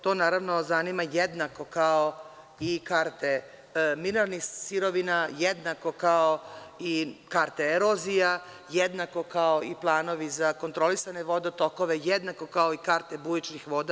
To naravno zanima jednako kao i karte mineralnih sirovina, jednako kao i karte erozija, jednako kao i planove za kontrolisane vodotokove, jednako i karte bujičnih voda.